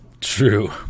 true